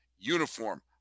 Uniform